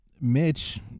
Mitch